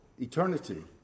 eternity